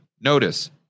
Notice